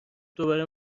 دوباره